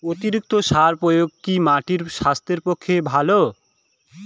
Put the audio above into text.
অতিরিক্ত সার প্রয়োগ কি মাটির স্বাস্থ্যের পক্ষে ভালো?